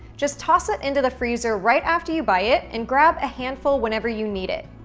just toss it into the freezer right after you buy it, and grab a handful whenever you need it.